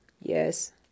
Yes